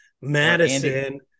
madison